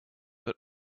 but